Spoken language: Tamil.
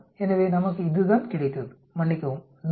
எனவே நமக்கு இதுதான் கிடைத்தது மன்னிக்கவும் 100